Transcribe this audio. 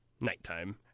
nighttime